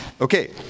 Okay